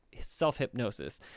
self-hypnosis